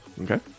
Okay